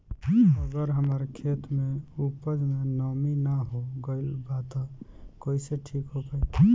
अगर हमार खेत में उपज में नमी न हो गइल बा त कइसे ठीक हो पाई?